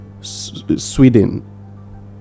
sweden